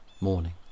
Morning